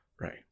Right